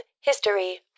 history